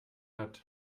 hat